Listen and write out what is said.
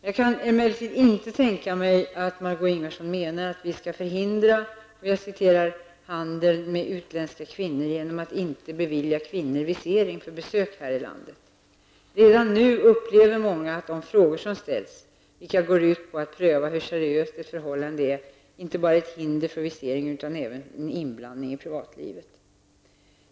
Jag kan emellertid inte tänka mig att Margó Ingvardsson menar att vi skall förhindra ''handeln med utländska kvinnor'' genom att inte bevilja kvinnor visum för besök här i landet. Redan nu upplever många att de frågor som ställs -- vilka går ut på att pröva hur seriöst ett förhållande är -- inte bara är hinder för visering utan även en inblandning i privatlivet.